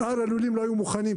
שאר הלולים לא היו מוכנים,